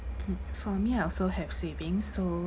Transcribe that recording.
mm for me I also have savings so